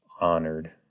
honored